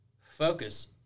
focus